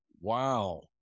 wow